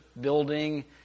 building